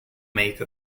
make